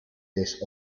this